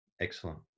excellent